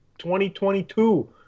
2022